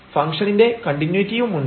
ഫങ്ക്ഷണിന്റെ കണ്ടിന്യൂയിറ്റിയുമുണ്ട്